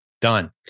Done